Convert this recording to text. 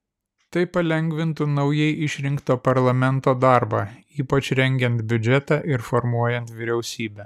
tai palengvintų naujai išrinkto parlamento darbą ypač rengiant biudžetą ir formuojant vyriausybę